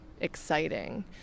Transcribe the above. exciting